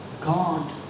God